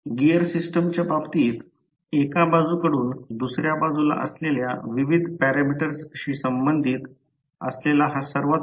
या एक्सर जनित्र च्या रचनेला काय म्हणतात हे मी तेथे पाहिले तर दुरुस्ती किंवा एखादी गोष्ट इतकी सुंदर दिसते